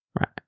Right